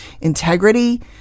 Integrity